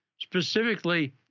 specifically